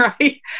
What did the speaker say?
right